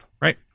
right